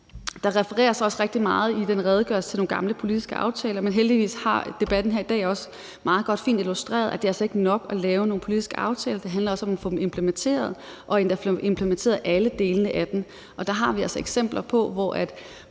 Der refereres også rigtig meget i den redegørelse til nogle gamle politiske aftaler, men heldigvis har debatten her i dag også meget godt og fint illustreret, at det altså ikke er nok at lave nogle politiske aftaler. Det handler også om at få dem implementeret og at få implementeret alle delene af dem. Der har vi altså eksempler på, at